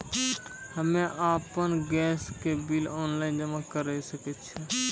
हम्मे आपन गैस के बिल ऑनलाइन जमा करै सकै छौ?